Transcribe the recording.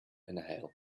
inhale